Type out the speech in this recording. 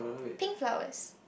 pink flowers